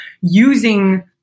using